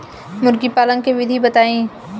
मुर्गी पालन के विधि बताई?